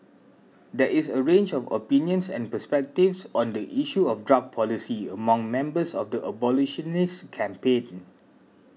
there is a range of opinions and perspectives on the issue of drug policy among members of the abolitionist campaign